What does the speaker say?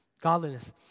godliness